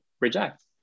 reject